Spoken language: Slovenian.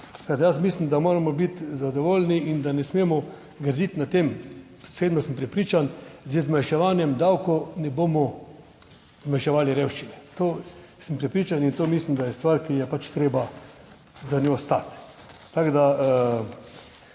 da jaz mislim, da moramo biti zadovoljni in da ne smemo graditi na tem. Osebno sem prepričan, da z zmanjševanjem davkov ne bomo zmanjševali revščine. To sem prepričan. In to mislim, da je stvar, ki je pač treba za njo stati. Jaz